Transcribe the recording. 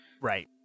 right